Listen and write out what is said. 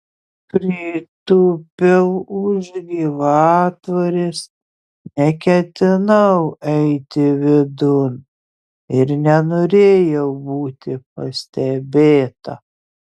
pritūpiau už gyvatvorės neketinau eiti vidun ir nenorėjau būti pastebėta